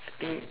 I think